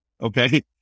okay